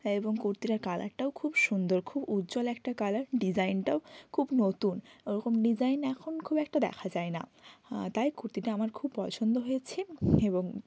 এবং কুর্তিটার কালারটাও খুব সুন্দর খুব উজ্জ্বল একটা কালার ডিজাইনটাও খুব নতুন ওরকম ডিজাইন এখন খুব একটা দেখা যায় না তাই কুর্তিটা আমার খুব পছন্দ হয়েছে এবং